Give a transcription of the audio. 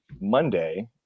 Monday